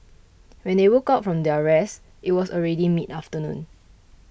when they woke up from their rest it was already mid afternoon